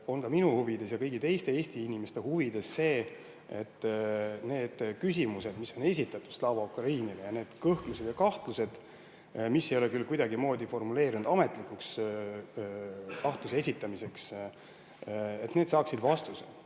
on ka minu huvides ja kõigi teiste Eesti inimeste huvides, et need küsimused, mis on esitatud Slava Ukrainile, ja need kõhklused ja kahtlused, mis ei ole küll kuidagimoodi formuleerunud ametlikuks kahtluse esitamiseks, saaksid vastuse.